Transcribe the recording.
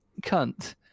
cunt